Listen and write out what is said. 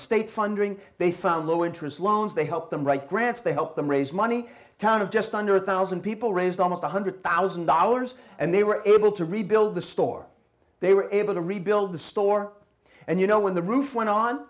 state funding they found low interest loans they help them write grants they help them raise money town of just under a one thousand people raised almost one hundred thousand dollars and they were able to rebuild the store they were able to rebuild the store and you know when the roof went on